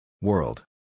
World